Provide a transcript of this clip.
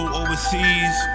overseas